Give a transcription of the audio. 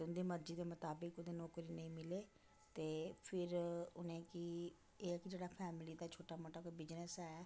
तुं'दी मर्जी दे मताबक कुदै नौकरी नेईं मिले ते फिर उनेंगी इक जेह्ड़ा फैमली दा कोई छोटा मोटा बिजनस ऐ